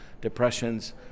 depressions